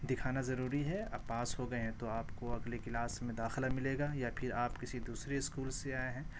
دکھانا ضروری ہے آپ پاس ہو گئے ہیں تو آپ کو اگلے کلاس میں داخلہ ملے گا پا پھر آپ کسی دوسرے اسکول سے آئے ہیں